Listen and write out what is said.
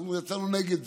אנחנו יצאנו נגד זה,